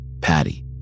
Patty